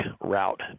route